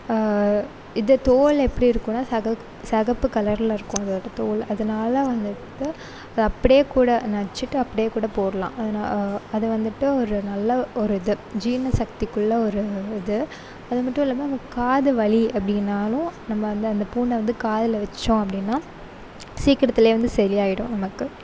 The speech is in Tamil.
இது தோல் எப்படி இருக்குனால் செக சிகப்பு கலரில் இருக்கும் அதோட தோல் அதனால வந்துட்டு அதை அப்படியே கூட நச்சிட்டு அப்படியே கூட போடலாம் அதனா அது வந்துட்டு ஒரு நல்ல ஒரு இது ஜீரண சக்திக்குள்ள ஒரு இது அது மட்டும் இல்லாமல் நம்ம காது வலி அப்படின்னாலும் நம்ம அந்த அந்த பூண்டை வந்து காதில் வெச்சோம் அப்படின்னா சீக்கிரத்தில் வந்து சரியாயிடும் நமக்கு